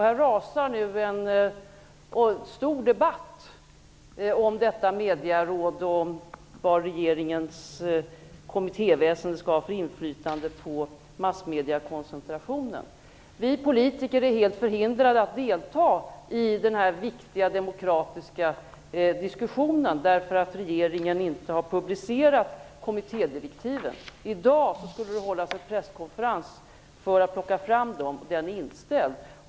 Det rasar nu en stor debatt om detta medieråd och om vad regeringens kommittéväsende skall ha för inflytande på massmediekoncentrationen. Vi politiker är helt förhindrade att delta i denna viktiga demokratiska diskussion därför att regeringen inte har publicerat kommittédirektiven. Det skulle i dag hållas en presskonferens om dem, men den är inställd.